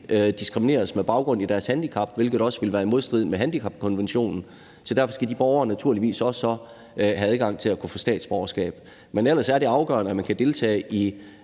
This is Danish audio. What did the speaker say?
diskrimineres på grund af deres handicap, hvilket også ville være i modstrid med handicapkonventionen. Derfor skal de borgere naturligvis også have adgang til at kunne få statsborgerskab. Men ellers er det afgørende, at man kan deltage i